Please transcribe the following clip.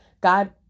God